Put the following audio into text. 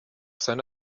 seine